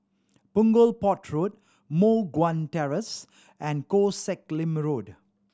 Punggol Port Road Moh Guan Terrace and Koh Sek Lim Road